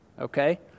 okay